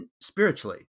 spiritually